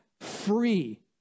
free